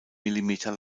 millimeter